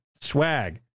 swag